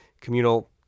communal